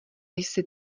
jsi